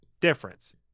Difference